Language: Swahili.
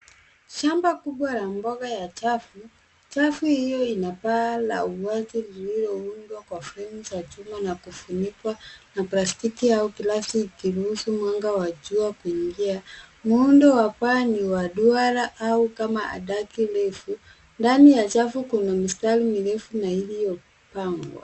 Shamba kubwa la mboga ya chafu. Chafu hiyo ina paa la wazi, iliyoundwa kwa fremu za chuma na kufunikwa na plastiki au glasi, ikiruhusu mwanga wa jua kuingia. Muundo wa paa ni wa duara au kama adaki refu. Ndani ya chafu kuna mistari mirefu na iliyopangwa.